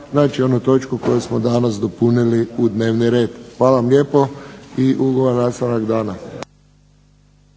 Znači, onu točku koju smo danas dopunili u dnevni red. Hvala vam lijepo i ugodan nastavak dana.